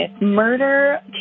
murder